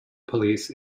police